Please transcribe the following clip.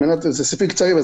אלה סעיפים קצרים,